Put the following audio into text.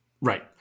Right